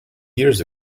years